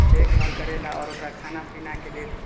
देखभाल करैलए आओर ओकरा खाना पीनाके लेल